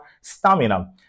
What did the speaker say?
stamina